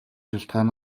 шалтгаан